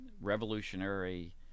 revolutionary